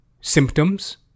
symptoms